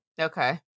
Okay